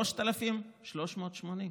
3,380,